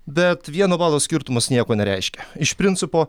bet vieno balo skirtumas nieko nereiškia iš principo